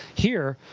here,